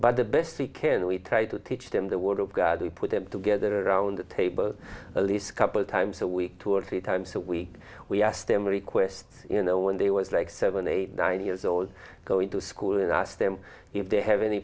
but the best we can we try to teach them the word of god we put them together around the table elise couple times a week two or three times a week we asked them requests you know when they was like seven eight nine years old going to school and i asked them if they have any